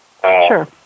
Sure